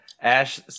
Ash